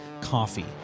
coffee